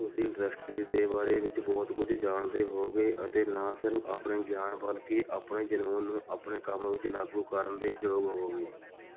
ਤੁਸੀਂ ਇੰਡਸਟਰੀ ਦੇ ਬਾਰੇ ਵਿੱਚ ਬਹੁਤ ਕੁਝ ਜਾਣਦੇ ਹੋਵੋਗੇ ਅਤੇ ਨਾ ਸਿਰਫ ਆਪਣੇ ਗਿਆਨ ਬਲਕਿ ਆਪਣੇ ਜਨੂੰਨ ਨੂੰ ਆਪਣੇ ਕੰਮ ਵਿੱਚ ਲਾਗੂ ਕਰਨ ਦੇ ਯੋਗ ਹੋਵੋਗੇ